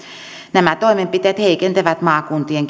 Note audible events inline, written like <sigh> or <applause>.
nämä toimenpiteet heikentävät maakuntien <unintelligible>